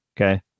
okay